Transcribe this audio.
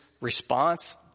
response